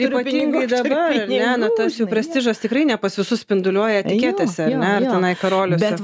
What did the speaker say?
ypatingai dabar ar ne na tas jų prestižas tikrai ne pas visus spinduliuoja etikėtėse ar ne ar tenai karoliuose